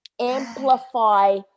amplify